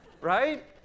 right